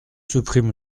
supprime